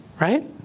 Right